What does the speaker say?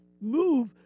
move